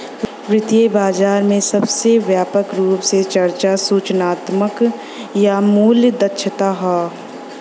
वित्तीय बाजार में सबसे व्यापक रूप से चर्चा सूचनात्मक या मूल्य दक्षता हौ